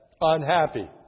unhappy